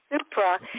Supra